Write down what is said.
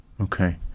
Okay